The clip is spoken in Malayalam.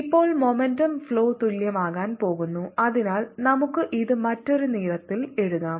momentumarea×time ഇപ്പോൾ മൊമെന്റം ഫ്ലോ തുല്യമാകാൻ പോകുന്നു അതിനാൽ നമുക്ക് ഇത് മറ്റൊരു നിറത്തിൽ എഴുതാം